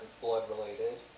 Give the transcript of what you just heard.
blood-related